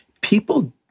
people